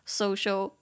social